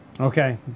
Okay